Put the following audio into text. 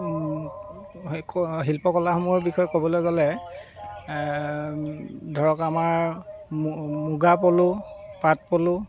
শি ক শিল্পকলাসমূহৰ বিষয়ে ক'বলৈ গ'লে ধৰক আমাৰ মুগাপলু পাটপলু